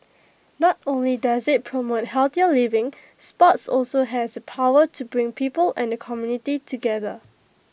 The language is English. not only does IT promote healthier living sports also has the power to bring people and the community together